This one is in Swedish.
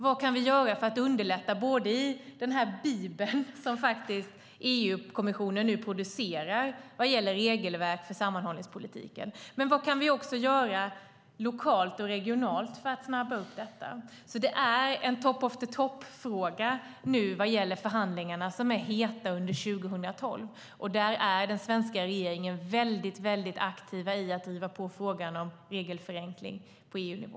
Vad kan vi göra för att underlätta i den bibel EU-kommissionen nu faktiskt producerar vad gäller regelverk för sammanhållningspolitiken? Vad kan vi göra också lokalt och regionalt för att snabba upp detta? Det är alltså nu en top of the top-fråga vad gäller de förhandlingar som är heta under 2012. Där är den svenska regeringen väldigt aktiv i att driva på frågan om regelförenkling på EU-nivå.